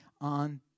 on